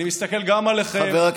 אני מסתכל גם עליכם, גם על הצד הזה.